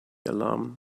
alarm